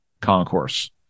Concourse